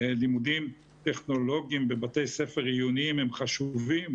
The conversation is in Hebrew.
לימודים טכנולוגיים בבתי ספר עיוניים הם חשובים,